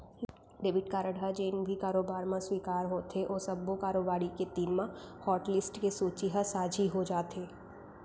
debit card ह जेन भी कारोबार म स्वीकार होथे ओ सब्बो कारोबारी के तीर म हाटलिस्ट के सूची ह साझी हो जाथे